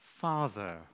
Father